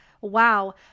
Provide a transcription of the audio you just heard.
Wow